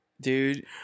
Dude